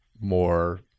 more